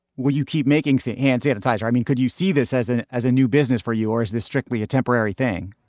will you keep making some hand sanitizer? i mean, could you see this as an as a new business for you or is this strictly a temporary thing?